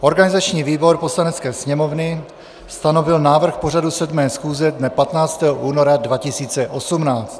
Organizační výbor Poslanecké sněmovny stanovil návrh pořadu 7. schůze dne 15. února 2018.